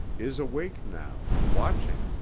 is awake now, watching,